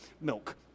milk